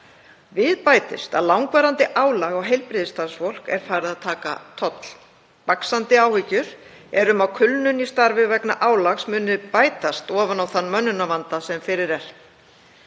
Við bætist að langvarandi álag á heilbrigðisstarfsfólk er farið að taka toll. Vaxandi áhyggjur eru um að kulnun í starfi vegna álags muni bætast ofan á þann mönnunarvanda sem fyrir er.